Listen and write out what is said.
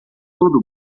todo